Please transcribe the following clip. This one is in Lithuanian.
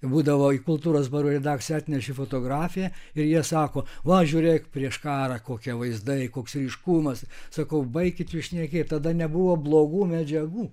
būdavo į kultūros barų redakciją atneši fotografiją ir jie sako va žiūrėk prieš karą kokie vaizdai koks ryškumas sakau baikit jūs šnekėt tada nebuvo blogų medžiagų